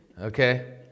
Okay